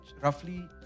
roughly